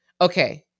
okay